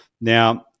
Now